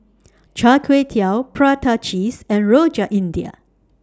Char Kway Teow Prata Cheese and Rojak India